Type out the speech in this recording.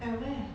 at where